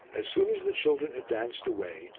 as soon as the children had danced away,